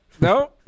No